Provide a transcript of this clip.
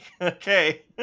okay